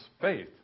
faith